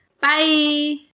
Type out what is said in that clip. Bye